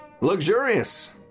Luxurious